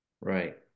Right